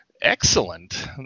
Excellent